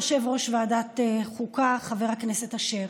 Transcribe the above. יושב-ראש ועדת החוקה חבר הכנסת אשר,